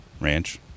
ranch